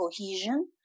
cohesion